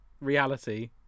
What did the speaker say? reality